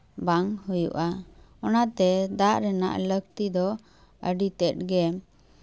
ᱵᱟᱝ ᱦᱩᱭᱩᱜᱼᱟ ᱚᱱᱟᱛᱮ ᱫᱟᱜ ᱨᱮᱱᱟᱜ ᱞᱟᱹᱠᱛᱤ ᱫᱚ ᱟᱹᱰᱤᱛᱮᱜ ᱜᱮ